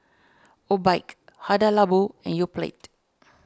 Obike Hada Labo and Yoplait